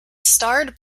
starred